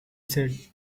said